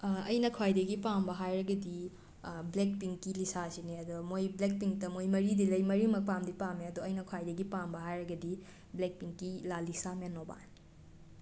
ꯑꯩꯅ ꯈ꯭ꯋꯥꯏꯗꯒꯤ ꯄꯥꯝꯕ ꯍꯥꯏꯔꯒꯗꯤ ꯕ꯭ꯂꯦꯛ ꯄꯤꯡꯀꯤ ꯂꯤꯁꯥꯁꯤꯅꯦ ꯑꯗꯣ ꯃꯣꯏ ꯕ꯭ꯂꯦꯛ ꯄꯤꯡꯇ ꯃꯣꯏ ꯃꯔꯤꯗꯤ ꯂꯩ ꯃꯔꯤꯃꯛ ꯄꯥꯝꯗꯤ ꯄꯥꯝꯃꯦ ꯑꯗꯣ ꯑꯩꯅ ꯈ꯭ꯋꯥꯏꯗꯒꯤ ꯄꯥꯝꯕ ꯍꯥꯏꯔꯒꯗꯤ ꯕ꯭ꯂꯦꯛ ꯄꯤꯡꯀꯤ ꯂꯥ ꯂꯤꯁꯥ ꯃꯦꯅꯣꯕꯥꯟ